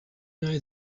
know